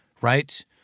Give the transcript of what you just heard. right